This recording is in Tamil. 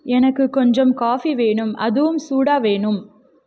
எனக்கு கொஞ்சம் காஃபி வேணும் அதுவும் சூடாக வேணும்